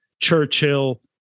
Churchill